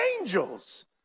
angels